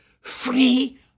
free